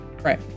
right